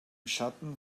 schatten